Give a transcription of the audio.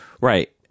Right